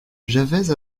j’avais